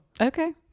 Okay